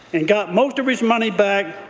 and got most of his money back,